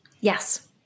Yes